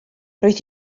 roedd